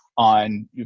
on